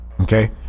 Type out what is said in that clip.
okay